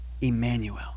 Emmanuel